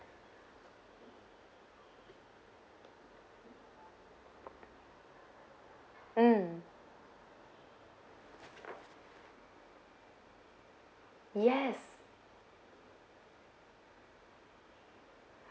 mm yes